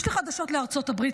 יש לי חדשות לארצות הברית: